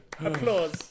Applause